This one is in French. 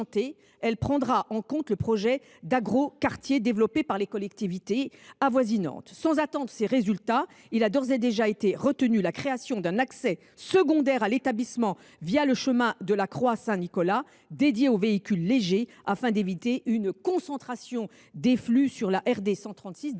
Elle prendra en compte le projet d’agroquartier développé par les collectivités avoisinantes. Sans attendre ces résultats, il a d’ores et déjà été retenu la création d’un accès secondaire à l’établissement le chemin de la croix Saint Nicolas, dédié aux véhicules légers, afin d’éviter une concentration des flux sur la RD 136, déjà